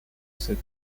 cet